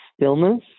stillness